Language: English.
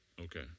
okay